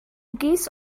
geese